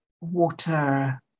water